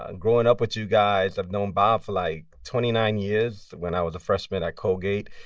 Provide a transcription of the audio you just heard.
and growing up with you guys i've known bob for like twenty nine years when i was a freshman at colgate.